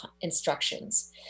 instructions